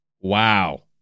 Wow